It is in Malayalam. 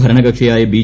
ഭരണ കക്ഷിയായ ബി